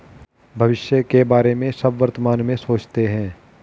भविष्य के बारे में सब वर्तमान में सोचते हैं